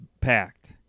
packed